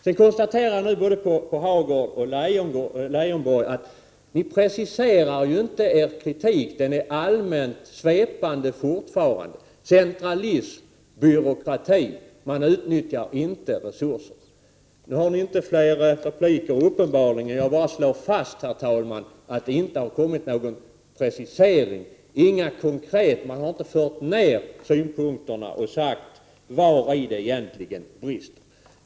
Jag konstaterar att Birger Hagård och Lars Leijonborg inte preciserar sin kritik. Den är fortfarande allmänt svepande, dvs. inriktad mot centralism och byråkrati och mot att resurser inte utnyttjas. Nu har ni uppenbarligen inte någon mer replikrätt. Men jag slår fast, herr talman, att det inte har kommit någon precisering. Man har inte fört fram synpunkterna och sagt vari det egentligen brister.